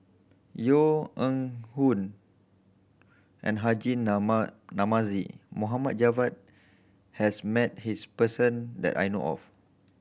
Yeo Hong and Haji Namazie Mohd Javad has met his person that I know of